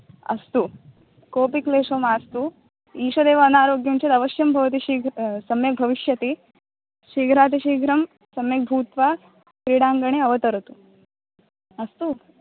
अस्तु कोपि क्लेशो मास्तु ईषदेव समस्या चेत् भवती शीघ्रमेव सम्यग् सम्यग्भविष्ति शीघ्रातिशीघ्रं सम्यग्भूत्वा क्रिडाङ्गणे अवतरतु अस्तु